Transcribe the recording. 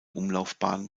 umlaufbahn